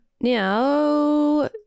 Now